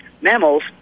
mammals